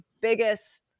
biggest